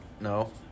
No